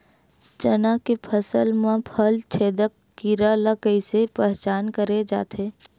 चना के फसल म फल छेदक कीरा ल कइसे पहचान करे जाथे?